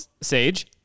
Sage